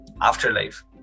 afterlife